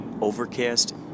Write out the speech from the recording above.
Overcast